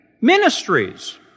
Ministries